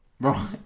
right